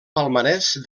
palmarès